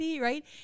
right